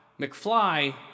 McFly